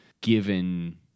given